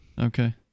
okay